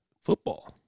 football